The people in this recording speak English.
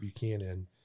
Buchanan